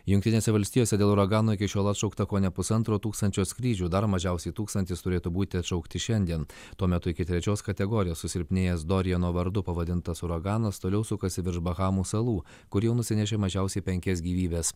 jungtinėse valstijose dėl uragano iki šiol atšaukta kone pusantro tūkstančio skrydžių dar mažiausiai tūkstantis turėtų būti atšaukti šiandien tuo metu iki trečios kategorijos susilpnėjęs doriano vardu pavadintas uraganas toliau sukasi virš bahamų salų kur jau nusinešė mažiausiai penkias gyvybes